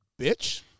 Bitch